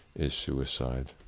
is suicide.